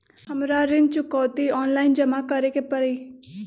हमरा ऋण चुकौती ऑनलाइन जमा करे के परी?